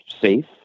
safe